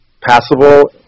passable